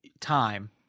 time